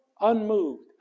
unmoved